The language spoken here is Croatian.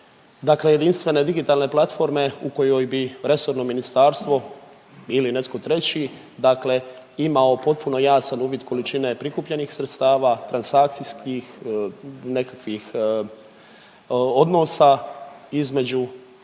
jedinstvene digitalne platforme u kojoj bi resorno ministarstvo ili netko treći imao potpuno jasan uvid količine prikupljenih sredstava, transakcijskih, nekakvih odnosa između